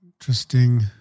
Interesting